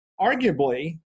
Arguably